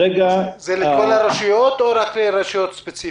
זה לכל הרשויות או רק לרשויות ספציפיות?